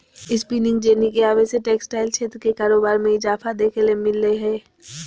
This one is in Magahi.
स्पिनिंग जेनी के आवे से टेक्सटाइल क्षेत्र के कारोबार मे इजाफा देखे ल मिल लय हें